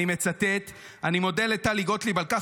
אני מצטט: אני מודה לטלי גוטליב על כך